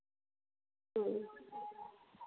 ᱦᱮᱸ